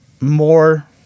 more